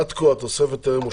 עד כה התוספת הזאת אושרה.